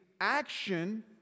action